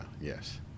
Yes